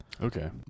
Okay